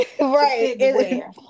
Right